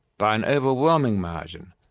by an overwhelming margin,